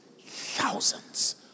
thousands